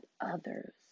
others